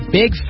big